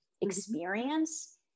experience